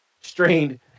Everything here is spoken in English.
strained